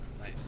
Nice